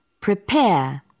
prepare